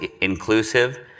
inclusive